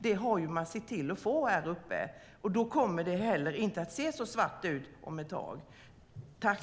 Det har man sett till att få där uppe, och då kommer det inte att se så svart ut om ett tag.